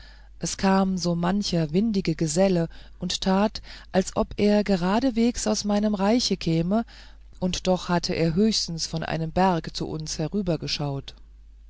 es kam so mancher windige geselle und tat als ob er geraden wegs aus meinem reiche käme und doch hatte er höchstens von einem berge zu uns